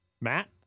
Matt